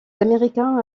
américains